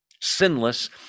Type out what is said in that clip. sinless